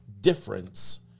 difference